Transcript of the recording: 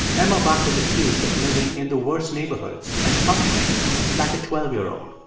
emma buck was accused of living in the worst neighborhoods and functioning like a twelve year old.